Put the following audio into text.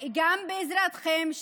גם בעזרתכם,